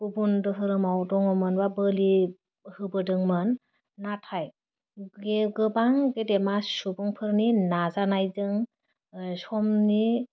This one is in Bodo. गुबुन दहरमाव दङमोनबाबो बोलि होबोदोंमोन नाथाय गे गोबां गेदेरमा सुबुंफोरनि नाजानायजों ओह समनि